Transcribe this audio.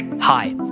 Hi